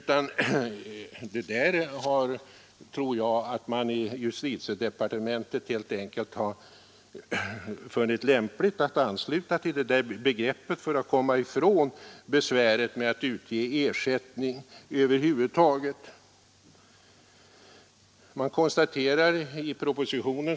Jag tror att man i justitiedepartementet helt enkelt har funnit det lämpligt att ansluta till det här begreppet för att komma ifrån statens skyldighet att utge ersättning för vägrat täkttillstånd.